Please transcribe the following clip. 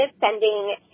sending